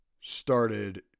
started